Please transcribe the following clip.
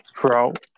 throughout